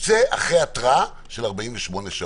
אלא מה?